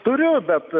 turiu bet